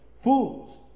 fools